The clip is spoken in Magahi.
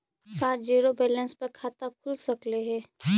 का जिरो बैलेंस पर खाता खुल सकले हे?